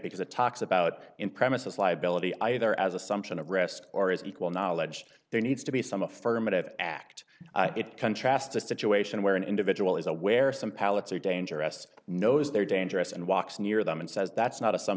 because it talks about in premises liability either as assumption of risk or as equal knowledge there needs to be some affirmative act it contrasts a situation where an individual is aware some pallets are dangerous knows they're dangerous and walks near them and says that's not